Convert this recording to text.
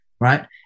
Right